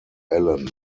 allen